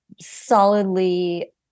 solidly